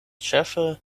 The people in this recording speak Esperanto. ĉefe